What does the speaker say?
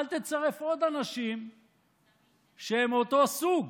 אל תצרף עוד אנשים שהם מאותו סוג.